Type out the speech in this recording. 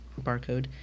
barcode